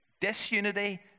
disunity